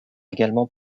également